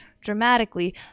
dramatically